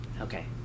okay